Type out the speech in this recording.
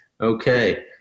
Okay